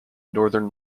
northern